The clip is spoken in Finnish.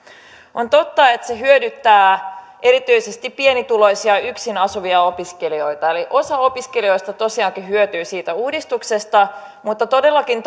on totta että se hyödyttää erityisesti pienituloisia yksin asuvia opiskelijoita eli osa opiskelijoista tosiaankin hyötyy siitä uudistuksesta mutta todellakin